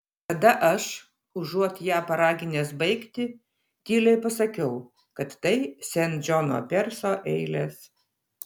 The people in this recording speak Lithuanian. tada aš užuot ją paraginęs baigti tyliai pasakiau kad tai sen džono perso eilės